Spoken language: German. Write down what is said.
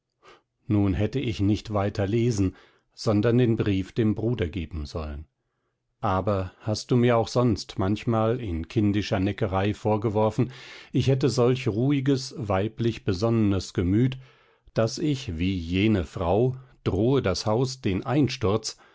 nun hätte ich nicht weiter lesen sondern den brief dem bruder geben sollen aber hast du mir auch sonst manchmal in kindischer neckerei vorgeworfen ich hätte solch ruhiges weiblich besonnenes gemüt daß ich wie jene frau drohe das haus den einsturz